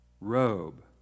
robe